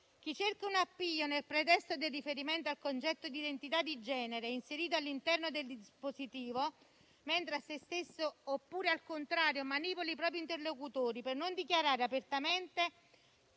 Chi cerca un appiglio nel pretesto del riferimento al concetto di identità di genere inserito all'interno del dispositivo mente a sé stesso oppure, al contrario, manipola i propri interlocutori per non dichiarare apertamente